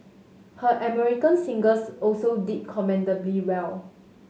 her American singles also did commendably well